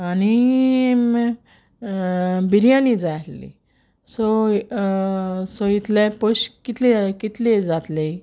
आनी बिर्याणी जाय आहली सो सो इतले पोयशे कितले कितले जातले